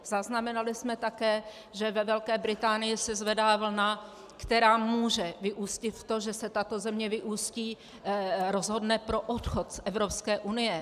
Zaznamenali jsme také, že ve Velké Británii se zvedá vlna, která může vyústit v to, že se tato země rozhodne pro odchod z Evropské unie.